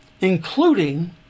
including